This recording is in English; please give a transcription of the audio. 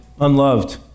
unloved